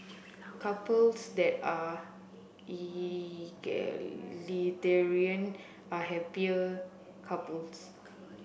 couples that are are happier couples